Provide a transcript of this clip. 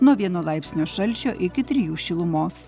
nuo vieno laipsnio šalčio iki trijų šilumos